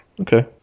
Okay